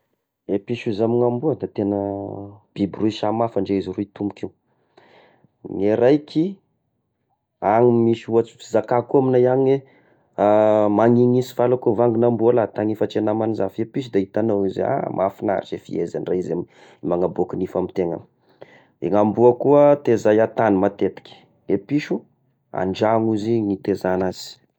I piso izy amy ny amboa da tegna biby roy samy hafa ndrey izy roy toiniky io, ny raiky agny misy ohatry fizaka koa amignay agny hoe: magnihagniha sy falako vangon'amboa la tagnifatry nama zah, fa i piso dia hitagnao fa zah mahafinaritry, fia, fa izay ndray zegny manaboaka gny hafa amy tegna, i ny amboa koa tezay an-tany matetiky, i piso an-dragno izy nitezagna azy.